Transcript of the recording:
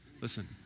Listen